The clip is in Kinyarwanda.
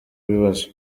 ibibazo